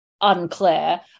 unclear